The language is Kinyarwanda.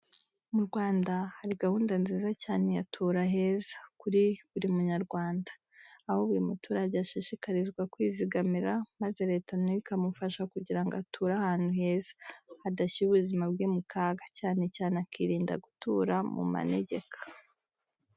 Mu Rwanda hari gahunda nziza cyane ya Tura Heza kuri buri Munyarwanda, aho buri muturage ashishikarizwa kwizigamira maze leta na yo ikamufasha kugira ngo ature ahantu heza, hadashyira ubuzima bwe mu kaga, cyane cyane akirinda gutura mu manegeka.